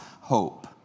hope